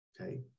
Okay